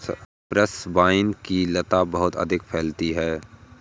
Cyprus vine की लता बहुत अधिक फैलती है